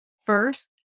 first